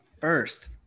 first